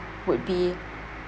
would be